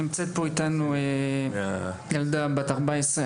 נמצאת פה איתנו ילדה בת 14,